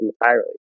entirely